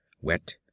wet